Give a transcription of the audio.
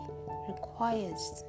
requires